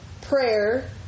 prayer